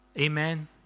Amen